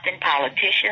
politicians